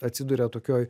atsiduria tokioj